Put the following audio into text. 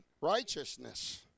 Righteousness